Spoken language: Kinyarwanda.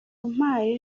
umpaye